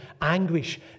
anguish